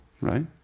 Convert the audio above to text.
right